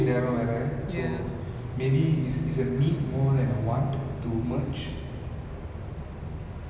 K lah makes sense I guess and I think like the shaw movie industry definitely has like lost out a lot lah